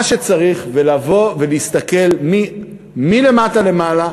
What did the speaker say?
מה שצריך, ולבוא ולהסתכל מלמטה למעלה,